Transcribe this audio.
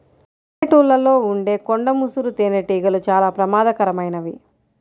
పల్లెటూళ్ళలో ఉండే కొండ ముసురు తేనెటీగలు చాలా ప్రమాదకరమైనవి